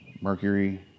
Mercury